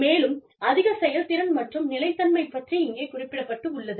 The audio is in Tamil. மேலும் அதிக செயல்திறன் மற்றும் நிலைத்தன்மை பற்றி இங்கே குறிப்பிடப் பட்டுள்ளது